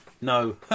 No